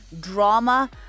drama